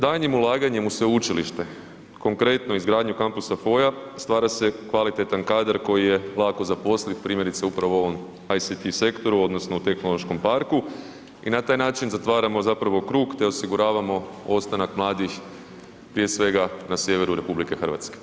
Daljnjim ulaganjem u sveučilište, konkretno izgradnju kampusa FOI-a stvara se kvalitetan kadar koji je lako zaposliv primjerice, upravo u ovom ICT sektoru odnosno u tehnološkom parku i na taj način zatvaramo zapravo krug te osiguravamo ostanak mladih, prije svega, na sjeveru RH.